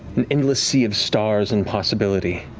an endless sea of stars and possibility.